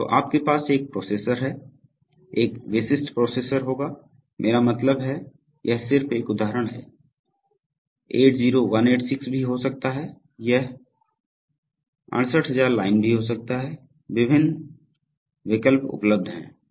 तो आपके पास एक प्रोसेसर है एक विशिष्ट प्रोसेसर होगा मेरा मतलब है कि यह सिर्फ एक उदाहरण है 80186 भी हो सकता है यह 68000 लाइन भी हो सकता है विभिन्न विकल्प उपलब्ध हैं